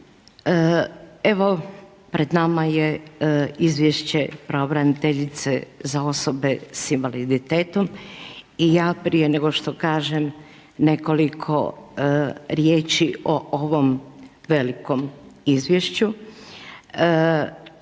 Evo pred nama je Izvješće pravobraniteljice za osobe sa invaliditetom i ja prije nego što kažem nekoliko riječi o ovom velikom izvješću,